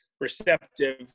receptive